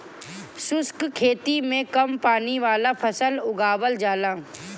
शुष्क खेती में कम पानी वाला फसल उगावल जाला